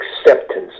acceptance